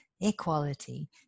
equality